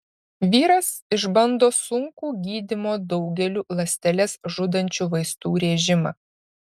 vyras išbando sunkų gydymo daugeliu ląsteles žudančių vaistų režimą